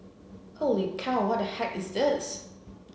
holy cow what the heck is this